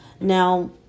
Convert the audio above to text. now